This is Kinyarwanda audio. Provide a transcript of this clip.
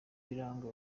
birango